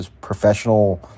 professional